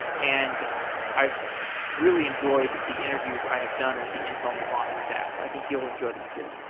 and i really enjoyed the interviews i have done with the intel nervana stuff. i think you'll enjoy them too